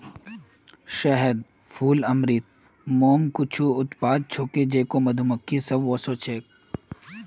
शहद, फूल अमृत, मोम कुछू उत्पाद छूके जेको मधुमक्खि स व स छेक